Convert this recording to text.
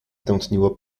tętniło